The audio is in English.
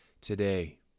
today